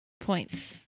points